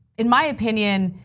in my opinion,